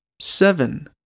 Seven